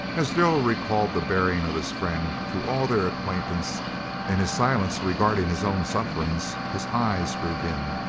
as darrell recalled the bearing of his friend through all their acquaintance and his silence regarding his own sufferings, his eyes grew dim.